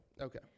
Okay